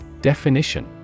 Definition